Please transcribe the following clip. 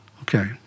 Okay